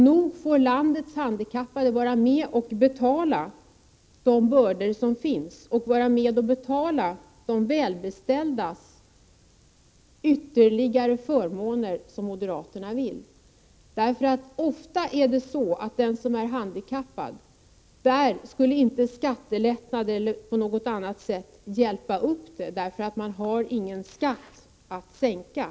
Nog får landets handikappade vara med och bära bördorna och betala de ytterligare förmåner för de välbeställda som moderaterna vill ha. För den som är handikappad skulle ofta inte skattelättnader eller sådant hjälpa upp situationen, eftersom man inte har någon skatt att sänka.